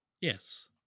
Yes